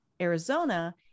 Arizona